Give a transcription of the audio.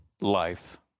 life